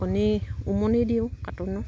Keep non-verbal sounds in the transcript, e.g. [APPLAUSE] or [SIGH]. কণী উমনি দিওঁ [UNINTELLIGIBLE]